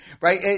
right